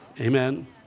Amen